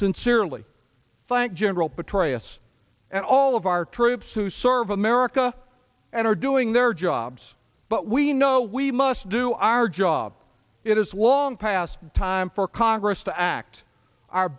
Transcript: sincerely thank general petraeus and all of our troops who serve america and are doing their jobs but we know we must do our job it is long past time for congress to act our